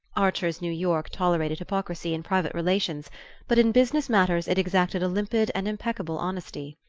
archer's new york tolerated hypocrisy in private relations but in business matters it exacted a limpid and impeccable honesty.